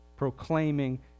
proclaiming